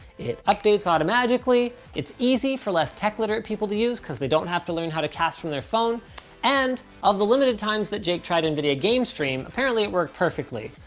it updates automagically, it's easy for less tech-literate people to use, cause they don't have to learn how to cast from their phone and the limited times that jake tried nvidia gamestream apparently it worked perfectly.